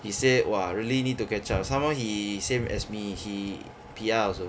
he say !wah! really need to catch up some more he same as me he P_R also